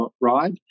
ride